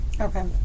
Okay